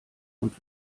und